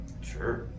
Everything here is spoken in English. Sure